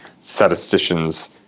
statisticians